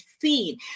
seen